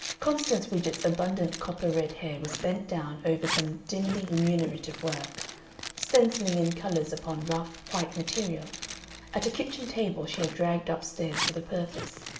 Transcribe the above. constance widgett's abundant copper-red hair was bent down over some dimly remunerative work stencilling in colors upon rough, white material at a kitchen table she had dragged up-stairs for the purpose,